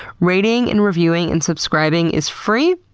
rating, and reviewing and subscribing is free.